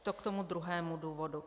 To k tomu druhému důvodu.